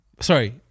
sorry